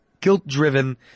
guilt-driven